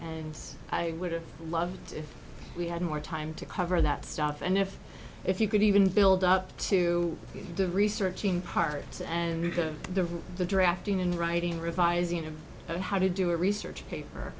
and i would love to if we had more time to cover that stuff and if if you could even build up to the researching parts and the drafting and writing revising of how to do a research paper